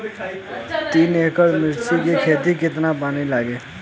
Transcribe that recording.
तीन एकड़ मिर्च की खेती में कितना पानी लागेला?